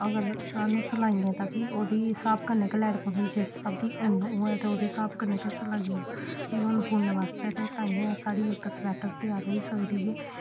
अगर सानूं सलाइयें दा बी ओह्दी स्हाब कन्नै गै लाना पौंदा जिस स्हाबा दी उन्न होऐ तां ओह्दे स्हाब कन्नै गै सलाइयां बुनन बास्तै ते ताइयें साढ़ी इक स्वैट्टर त्यार होई सकदी ऐ